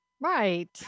Right